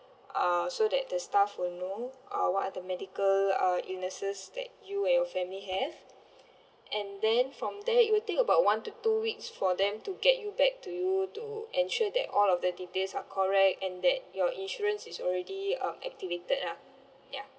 uh so that the staff will know uh what are the medical uh illnesses that you and your family have and then from there it would take about one to two weeks for them to get you back to you to ensure that all of the details are correct and that your insurance is already um activated lah ya